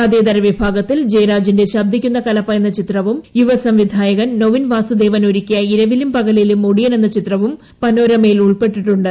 കഥേതര വിഭാഗത്തിൽ ജയരാജിന്റെ ശബ്ദിക്കുന്ന കലപ്പ എന്ന ചിത്രവും യുവസംവിധായകൻ നൊവിൻ വാസുദേവൻ ഒരുക്കിയ ഇരവിലും പകലിലും ഒടിയൻ എന്ന ചിത്രവും പനോരമയിൽ ഉൾപ്പെട്ടിട്ടുണ്ട്